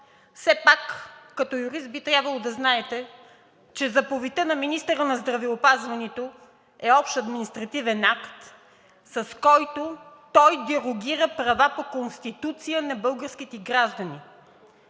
Все пак като юрист би трябвало да знаете, че заповедта на министъра на здравеопазването е общ административен акт, с който той дерогира права по Конституция на българските граждани.